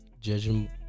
judging